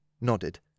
nodded